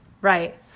Right